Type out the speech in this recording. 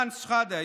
אנטאנס שחאדה,